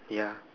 ya